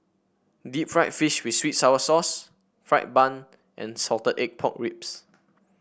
Deep Fried Fish with sweet sour sauce fried bun and Salted Egg Pork Ribs